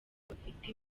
bafite